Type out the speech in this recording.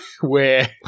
where-